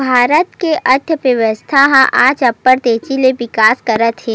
भारत के अर्थबेवस्था ह आज अब्बड़ तेजी ले बिकास करत हे